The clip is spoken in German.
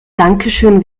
dankeschön